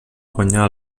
guanyar